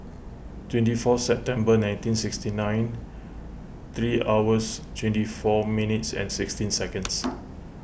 twenty four September nineteen sixty nine three hours twenty four minutes and sixteen seconds